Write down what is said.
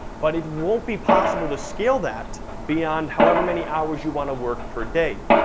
but it won't be possible to scale that beyond however many hours you wanna work per day.